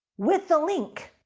with a link.